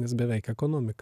nes beveik ekonomika